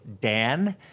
Dan